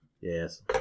Yes